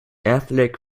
athletic